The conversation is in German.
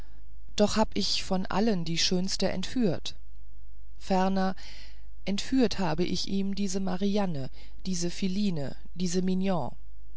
doch hab ich von allen die schönste entführt ferner entführt habe ich ihm diese marianne diese philine diese mignon